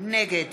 נגד